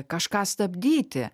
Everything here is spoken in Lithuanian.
kažką stabdyti